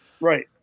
Right